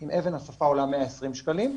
אם אבן שפה עולה 120 שקלים,